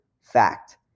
fact